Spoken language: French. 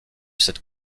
cette